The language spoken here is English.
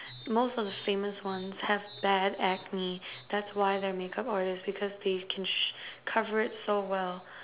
most of the famous ones have bad acne that's why they're makeup artists because they can sh~ cover it so well